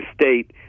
State